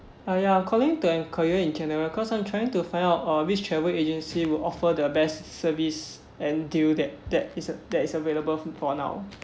uh ya I'm calling to enquire in general because I'm trying to find out uh which travel agency will offer the best service and deal that that is a that is available for for now